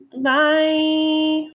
Bye